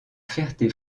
ferté